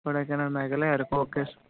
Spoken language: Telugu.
Kodaikanal Meghalaya Araku okay sir